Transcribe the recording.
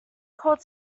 called